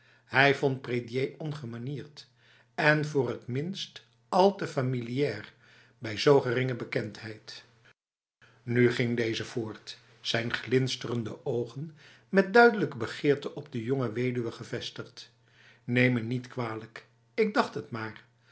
hij vond prédier ongemanierd en voor t minst al te familiaar bij zo geringe bekendheid nu ging deze voort zijn glinsterende ogen met duidelijke begeerte op de jonge weduwe gevestigd neem me niet kwalijk ik dacht het maar